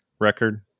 record